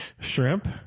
shrimp